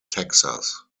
texas